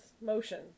motion